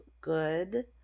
good